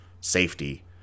safety